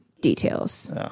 details